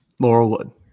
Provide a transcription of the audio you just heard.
Laurelwood